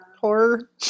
horror